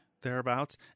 thereabouts